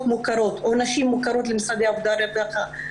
ועם נשים מוכרות למשרד העבודה והרווחה,